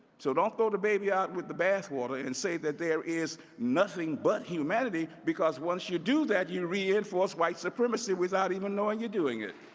so don't throw the baby out with the bath water and say that there is nothing but humanity, because once you do that, you reinforce white supremacy without even knowing you're doing it.